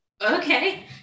Okay